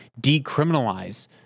decriminalize